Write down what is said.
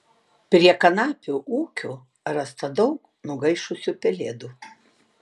prie kanapių ūkių rasta daug nugaišusių pelėdų